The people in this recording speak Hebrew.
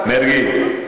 מרגי.